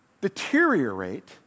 deteriorate